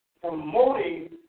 promoting